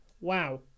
Wow